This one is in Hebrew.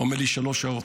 הוא אומר לי: שלוש שעות.